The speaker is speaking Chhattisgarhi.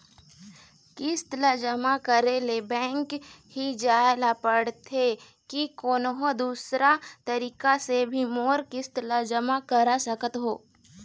किस्त ला जमा करे ले बैंक ही जाए ला पड़ते कि कोन्हो दूसरा तरीका से भी मोर किस्त ला जमा करा सकत हो?